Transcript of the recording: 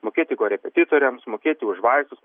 mokėti korepetitoriams mokėti už vaistus